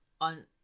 on